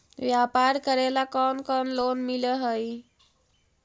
व्यापार करेला कौन कौन लोन मिल हइ?